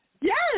Yes